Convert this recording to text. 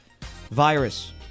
Virus